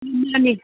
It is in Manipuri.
ꯎꯝ ꯃꯥꯅꯦ